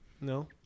No